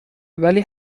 ولی